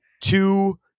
two